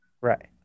Right